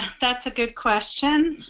that's a good question